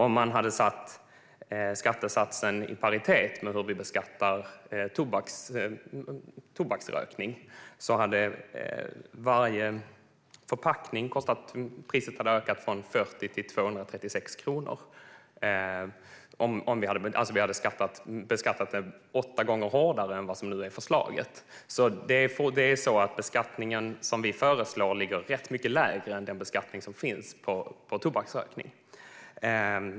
Om skattesatsen hade varit i paritet med hur man beskattar tobaksrökning hade priset för varje förpackning ökat från 40 till 236 kronor. Då hade e-cigaretter beskattats åtta gånger hårdare än det som nu är förslaget. Den beskattning som vi föreslår ligger rätt mycket lägre än beskattningen av tobaksrökning.